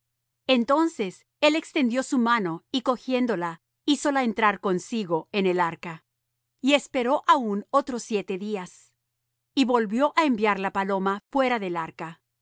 entonces él extendió su mano y cogiéndola hízola entrar consigo en el arca y esperó aún otros siete días y volvió á enviar la paloma fuera del arca